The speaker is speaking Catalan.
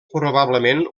probablement